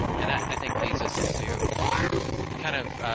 and that i think leads us into kind of